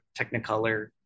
Technicolor